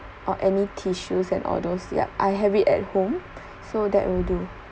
or any tissues and all those yup I have it at home so that will do